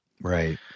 Right